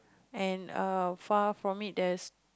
and err far from it there's